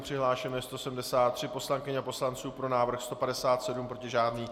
Přihlášeno je 173 poslankyň a poslanců, pro návrh 157, proti žádný.